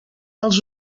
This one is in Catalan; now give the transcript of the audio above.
els